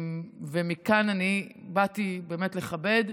אני באתי באמת לכבד,